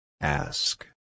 Ask